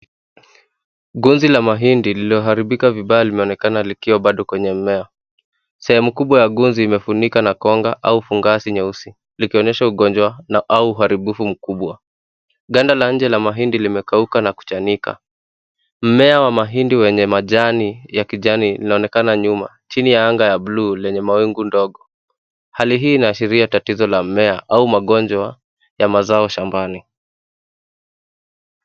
Gunzi la mahindi lililoharibika vibaya linaonekana likiwa bado kwenye mmea. Sehemu kubwa ya gunzi imefunikwa na koga au fungasi nyeusi, likionyesha ugonjwa au uharibifu mkubwa. Ganda la nje la mahindi limekauka na kuchanika. Mmea wa mahindi wenye majani ya kijani inaonekana nyuma chini ya anga la blue lenye mawingu madogo. Hali hii inaashiria tatizo la mmea au magonjwa ya mazao shambani.